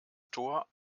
tor